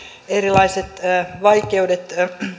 erilaiset vaikeudet